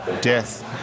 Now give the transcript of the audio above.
death